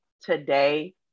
today